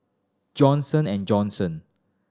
Johnson and Johnson